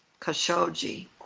Khashoggi